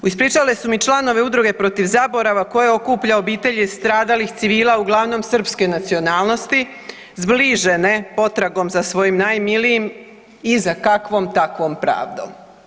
Ispričale su mi članovi Udruge „Protiv zaborava“ koje okuplja obitelji stradalih civila uglavnom srpske nacionalnosti zbližene potragom za svojim najmilijim i za kakvom takvom pravdom.